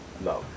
no